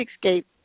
escape